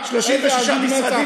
איזו עזות מצח,